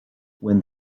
when